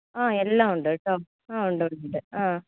ആ എല്ലാം ഉണ്ട് കേട്ടോ ആ ഉണ്ട് ഉണ്ട് ആ